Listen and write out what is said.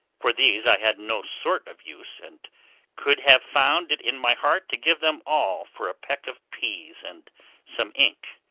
for these i had no sort of use, and could have found it in my heart to give them all for a peck of peas and some ink,